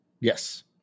Yes